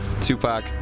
Tupac